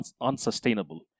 unsustainable